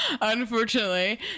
unfortunately